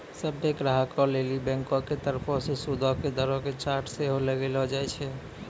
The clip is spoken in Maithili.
सभ्भे ग्राहको लेली बैंको के तरफो से सूदो के दरो के चार्ट सेहो लगैलो जाय छै